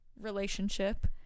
relationship